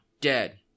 Dead